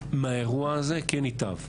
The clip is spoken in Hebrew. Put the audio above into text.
מהאירוע הזה כן ייטב.